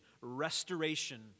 restoration